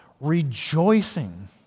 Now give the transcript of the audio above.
rejoicing